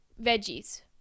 veggies